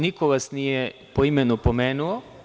Niko vas nije po imenu pomenuo.